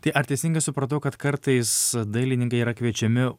tai ar teisingai supratau kad kartais dailininkai yra kviečiami